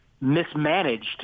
mismanaged